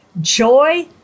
joy